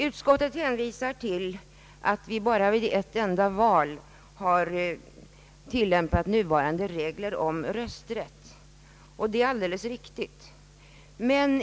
Utskottet hänvisar till att vi bara vid ett enda val har tillämpat nuvarande regler om rösträtt för utlandssvenskar. Det är alldeles riktigt.